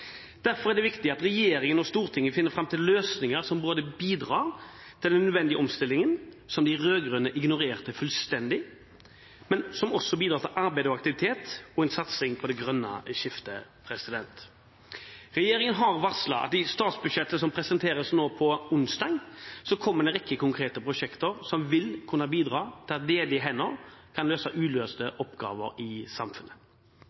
Derfor er det viktig at regjeringen og Stortinget finner fram til løsninger som bidrar til den nødvendige omstillingen, som de rød-grønne ignorerte fullstendig, men som også bidrar til arbeid og aktivitet og en satsing på det grønne skiftet. Regjeringen har varslet at i statsbudsjettet som presenteres nå på onsdag, kommer det en rekke konkrete prosjekter som vil kunne bidra til at ledige hender kan løse utløste oppgaver i samfunnet.